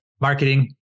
Marketing